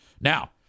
Now